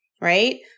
right